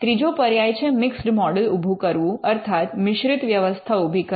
ત્રીજો પર્યાય છે મિક્સ્ડ મૉડલ ઊભું કરવું અર્થાત મિશ્રિત વ્યવસ્થા ઉભી કરવી